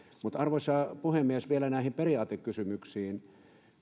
arvoisa puhemies vielä näihin periaatekysymyksiin